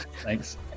Thanks